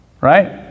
right